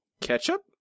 Ketchup